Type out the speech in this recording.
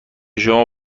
شما